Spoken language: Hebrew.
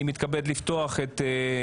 טוב,